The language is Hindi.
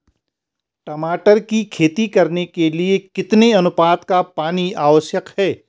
टमाटर की खेती करने के लिए कितने अनुपात का पानी आवश्यक है?